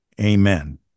Amen